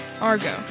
argo